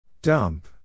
Dump